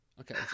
Okay